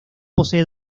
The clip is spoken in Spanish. posee